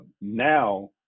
Now